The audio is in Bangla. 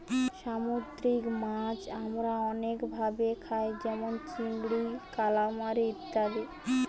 সামুদ্রিক মাছ আমরা অনেক ভাবে খাই যেমন চিংড়ি, কালামারী ইত্যাদি